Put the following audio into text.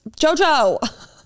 Jojo